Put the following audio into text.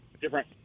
different